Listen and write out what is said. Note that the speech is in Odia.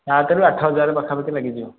ସାତରୁ ଆଠ ହଜାର ପାଖାପାଖି ଲାଗିଯିବ